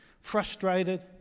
frustrated